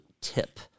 tip